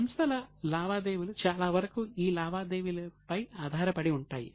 సంస్థల లావాదేవీలు చాలావరకు ఈ లావాదేవీలపై ఆధారపడి ఉంటాయి